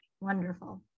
Wonderful